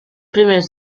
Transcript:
primers